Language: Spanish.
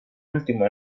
último